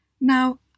Now